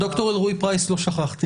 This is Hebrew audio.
תודה